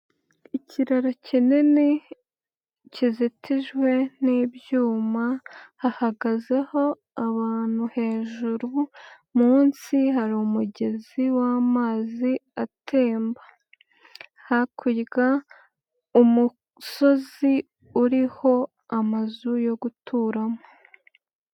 Ikiraro kinini kizitijwe n'ibyuma hahagazeho abantu hejuru, munsi hari umugezi w'amazi atemba. Hakurya umusozi uriho amazu yo guturamo.